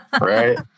right